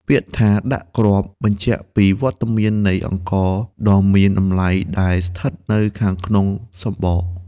ពាក្យថា «ដាក់គ្រាប់» បញ្ជាក់ពីវត្តមាននៃអង្ករដ៏មានតម្លៃដែលស្ថិតនៅខាងក្នុងសម្បក។